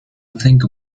think